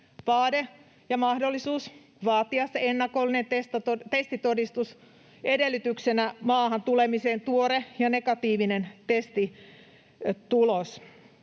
vaade ja mahdollisuus vaatia se ennakollinen testitodistus edellytyksenä maahantulemiseen, tuore ja negatiivinen testitulos.